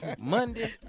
Monday